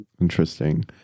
Interesting